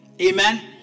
Amen